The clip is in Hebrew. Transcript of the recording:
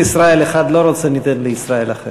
אם ישראל אחד לא רוצה, ניתן לישראל אחר.